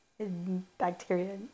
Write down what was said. Bacteria